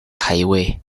highway